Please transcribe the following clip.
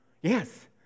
Yes